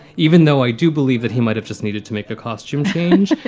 even though i do believe that he might have just needed to make a costume change.